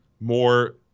More